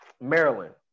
Maryland